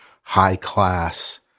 high-class